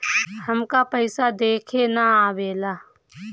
हमका पइसा देखे ना आवेला?